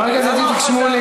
חבר הכנסת איציק שמולי,